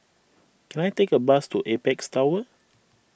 can I take a bus to Apex Tower